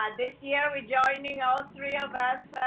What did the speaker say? um this year we're joining all three of us.